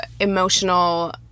emotional